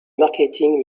marketing